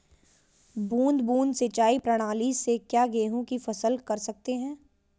बूंद बूंद सिंचाई प्रणाली से क्या गेहूँ की फसल कर सकते हैं?